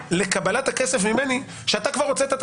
לקבלת הכסף ממני הוא שאתה כבר הוצאת את